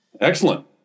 Excellent